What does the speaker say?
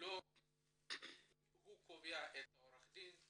הוא קובע את העורך דין,